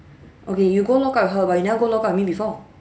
okay you go lockup with her but you never go lockup with me before